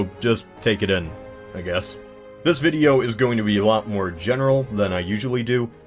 ah just take it in i guess this video is going to be a lot more general than i usually do,